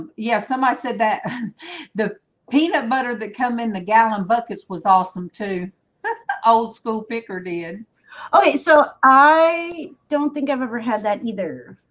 um yes, um i said that the peanut butter that come in the gallon buckets was awesome to old school picker did okay. so i don't think i've ever had that either.